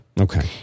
Okay